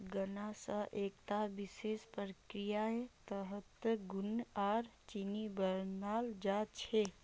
गन्ना स एकता विशेष प्रक्रियार तहतत गुड़ आर चीनी बनाल जा छेक